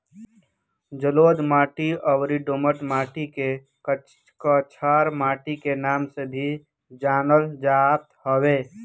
जलोढ़ माटी अउरी दोमट माटी के कछार माटी के नाम से भी जानल जात हवे